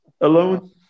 alone